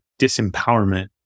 disempowerment